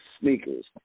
sneakers